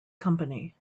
company